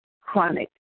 chronic